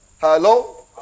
Hello